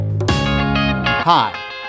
Hi